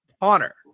Honor